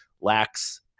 Lacks